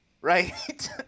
right